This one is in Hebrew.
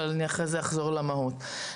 ואחרי זה אחזור למהות.